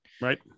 right